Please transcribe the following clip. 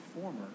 former